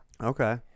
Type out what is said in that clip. Okay